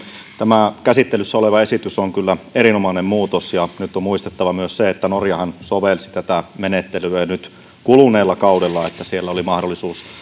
tämä käsittelyssä oleva esitys on kyllä erinomainen muutos nyt on muistettava myös se että norjahan sovelsi tätä menettelyä nyt kuluneella kaudella eli siellä oli mahdollisuus